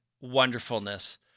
wonderfulness